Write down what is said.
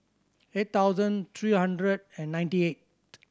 eight thousand three hundred and ninety eight